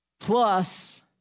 plus